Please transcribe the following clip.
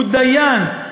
הוא דיין,